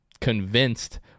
convinced